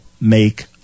make